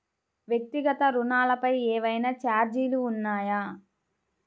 వ్యక్తిగత ఋణాలపై ఏవైనా ఛార్జీలు ఉన్నాయా?